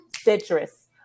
citrus